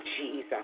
jesus